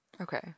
Okay